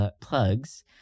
plugs